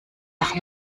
nach